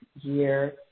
year